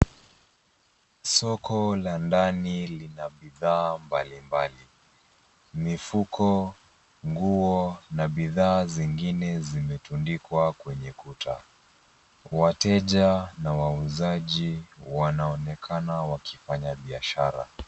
Soko la ndani lina bidhaa mbalimbali. Mifuko, nguo na bidhaa zingine zimetundikwa kwenye kuta. Wateja na wauzaji wanaonekana wakifanya biashara.